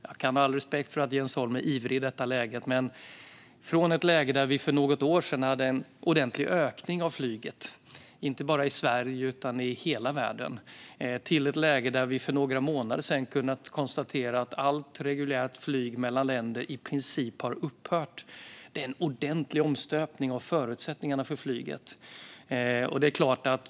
Jag kan ha all respekt för att Jens Holm är ivrig i detta läge, men vi har gått från ett läge där vi för något år sedan hade en ordentlig ökning av flyget, inte bara i Sverige utan i hela världen, till ett läge där vi för några månader sedan kunde konstatera att allt reguljärt flyg mellan länder i princip har upphört. Det är en ordentlig omstöpning av förutsättningarna för flyget.